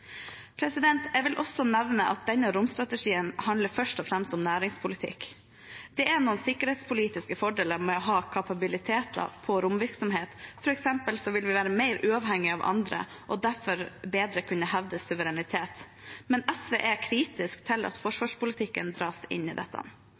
Jeg vil også nevne at denne romstrategien først og fremst handler om næringspolitikk. Det er noen sikkerhetspolitiske fordeler med å ha kapabiliteter på romvirksomhet. For eksempel vil vi være mer uavhengig av andre og vil derfor bedre kunne hevde suverenitet. Men SV er kritisk til at